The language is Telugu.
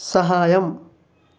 సహాయం